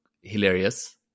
hilarious